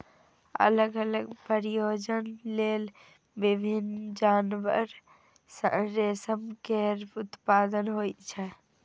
अलग अलग प्रयोजन लेल विभिन्न जानवर सं रेशम केर उत्पादन होइ छै